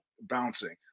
bouncing